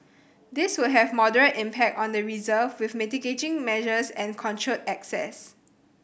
these would have moderate impact on the reserve with mitigating measures and controlled access